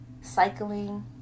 cycling